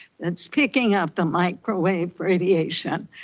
that's picking up the microwave radiation.